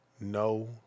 no